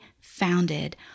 founded